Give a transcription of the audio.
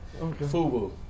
FUBU